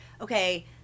okay